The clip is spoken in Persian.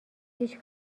هیچ